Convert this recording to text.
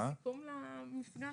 זה סיכום מעולה למפגש.